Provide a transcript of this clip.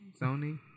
Sony